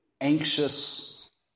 anxious